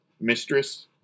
mistress